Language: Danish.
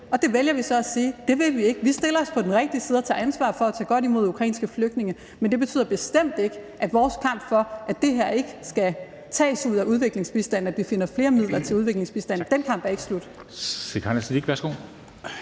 og der vælger vi så at sige, at det vil vi ikke; vi vælger at stille os på den rigtige side og tage ansvar for at tage godt imod ukrainske flygtninge. Men det betyder bestemt ikke, at vores kamp for, at det her ikke skal tages ud af udviklingsbistanden, og at vi finder flere midler til udviklingsbistanden, er slut.